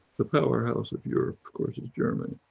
the powerhouse of europe, of course, is germany.